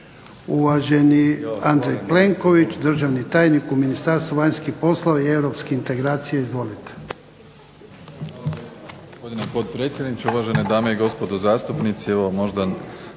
uvaženi Andrej Plenković državni tajnik u Ministarstvu vanjskih poslova i Europskih integracija. Izvolite.